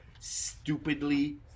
stupidly